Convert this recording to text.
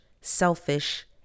selfish